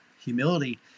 Humility